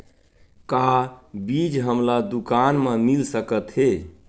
का बीज हमला दुकान म मिल सकत हे?